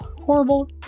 horrible